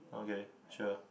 okay sure